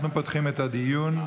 אנחנו פותחים את הדיון.